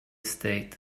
state